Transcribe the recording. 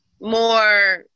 more